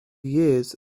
years